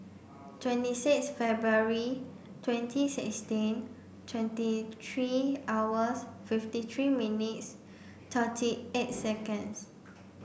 twenty six February twenty sixteen twenty three hours fifty three minutes thirty eight seconds